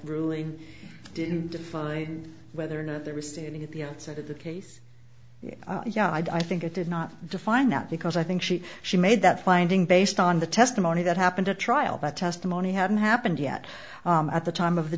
ruling didn't define whether or not they're receiving at the outset of the case yeah i think it did not define that because i think she she made that finding based on the testimony that happened a trial that testimony hadn't happened yet at the time of the